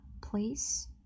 Please